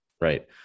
right